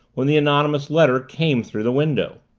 when the anonymous letter came through the window.